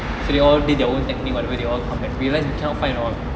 so they all did their own technique whatever they all come back realise we cannot find at all